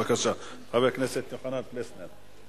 בבקשה, חבר הכנסת יוחנן פלסנר.